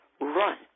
Run